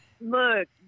look